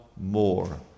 more